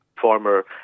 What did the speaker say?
former